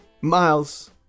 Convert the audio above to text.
Miles